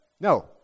No